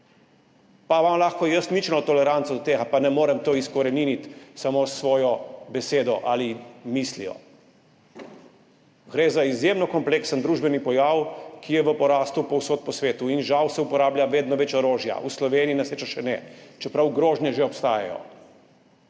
Pa imam lahko jaz ničelno toleranco do tega, pa ne morem tega izkoreniniti samo s svojo besedo ali mislijo. Gre za izjemno kompleksen družbeni pojav, ki je v porastu povsod po svetu, in žal se uporablja vedno več orožja. V Sloveniji na srečo še ne, čeprav grožnje že obstajajo.